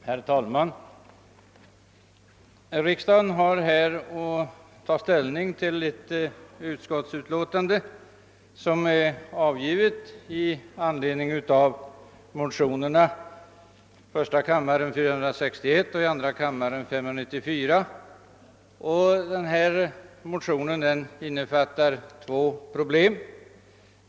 Herr talman! Kammaren har här att ta ställning till ett utskottsutlåtande i anledning av de likalydande motionerna I: 461 och II: 594. Motionerna upptar två problem.